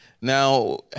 Now